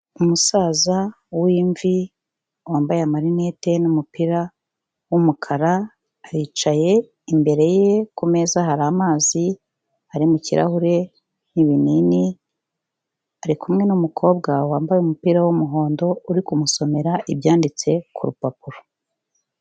Umusaza w'imvi wambaye amarinete n'umupira w'umukara aricaye. Imbere ye ku meza hari amazi ari mu kirahure n'ibinini. Arikumwe n'umukobwa wambaye umupira w'umuhondo uri kumusomera ibyanditse ku rupapuro.